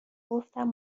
گفتم